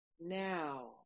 now